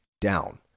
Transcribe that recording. down